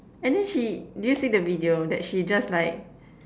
and then she did you see the video that she just like